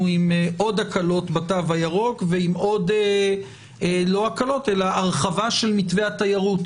עם עוד הקלות בתו הירוק ועם הרחבה של מתווה התיירות,